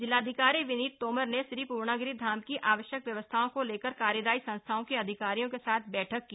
जिलाधिकारी विनीत तोमर ने श्री पूर्णागिरि धाम की आवश्यक व्यवस्थाओं को लेकर कार्यदायी संस्थाओं के अधिकारियों के साथ बैठक की